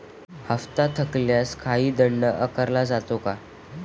हप्ता थकल्यास काही दंड आकारला जातो का?